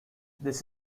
this